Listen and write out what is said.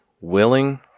Willing